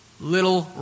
little